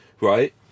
Right